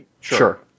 Sure